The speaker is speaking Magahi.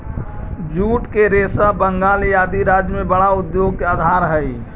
जूट के रेशा बंगाल आदि राज्य में बड़ा उद्योग के आधार हई